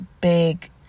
big